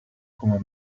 como